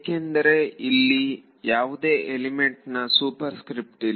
ಏಕೆಂದರೆ ಇಲ್ಲಿ ಯಾವುದೇ ಎಲಿಮೆಂಟ್ ನ ಸೂಪರ್ ಸ್ಕ್ರಿಪ್ಟ್ ಇಲ್ಲ